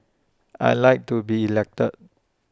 I Like to be elected